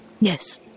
Yes